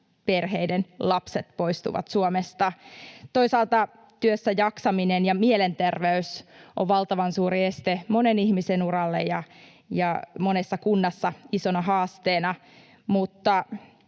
perheiden lapset poistuvat Suomesta. Toisaalta työssäjaksaminen ja mielenterveys ovat valtavan suuri este monen ihmisen uralle ja monessa kunnassa isona haasteena.